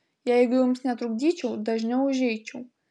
jeigu jums netrukdyčiau dažniau užeičiau